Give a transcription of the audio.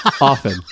often